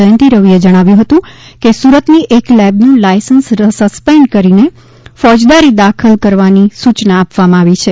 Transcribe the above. જયંતી રવિ એ જણાવ્યું હતું કે સુરતની એક લેબનું લાયસન્સ સસ્પેન્ડ કરીને ફોજદારી દાખલ કરવાની સૂચના આપવામાં આવી છે